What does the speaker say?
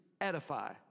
edify